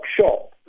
shop